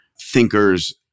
thinkers